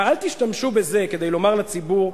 אל תשתמשו בזה כדי לומר לציבור: